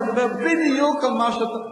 אני מדבר בדיוק על מה שאתה,